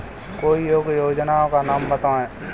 कोई एक योजना का नाम बताएँ?